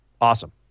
Awesome